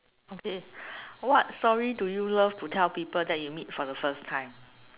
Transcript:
okay what story do you love to tell people that you meet for the first time